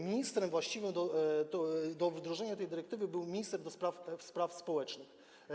Ministrem właściwym do wdrożenia tej dyrektywy był minister do spraw społecznych.